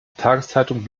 tageszeitung